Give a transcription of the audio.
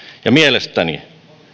ja mielestäni